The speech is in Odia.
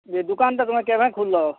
ଇଏ ଦୁକାନ୍ଟା ତୁମେ କେଭେ ଖୁଲ୍ଲ